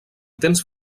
tens